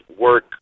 work